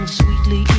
sweetly